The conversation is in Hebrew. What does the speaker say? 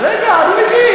רגע, אני מביא.